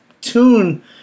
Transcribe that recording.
tune